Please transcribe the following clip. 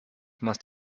must